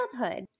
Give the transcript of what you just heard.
childhood